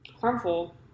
harmful